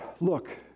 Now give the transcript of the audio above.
Look